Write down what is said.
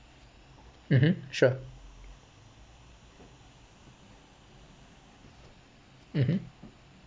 mmhmm sure mmhmm